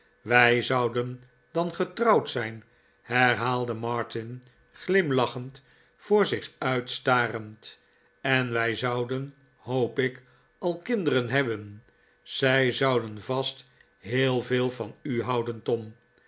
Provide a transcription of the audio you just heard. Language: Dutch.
wij zouden dan getrouwd zijn herhaalde martin glimlachend voor zich uit starend en wij zouden hoop ik al kinderen hebben zij zouden vast heel veel van u houden tom